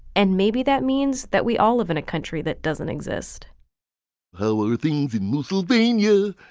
and maybe that means that we all live in a country that doesn't exist how were things in mosul being you.